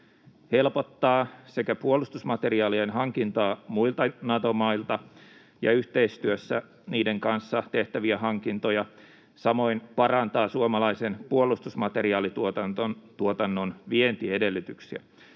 helpottaa puolustusmateriaalien hankintaa muilta Nato-mailta ja yhteistyössä niiden kanssa tehtäviä hankintoja sekä samoin parantaa suomalaisen puolustusmateriaalituotannon vientiedellytyksiä.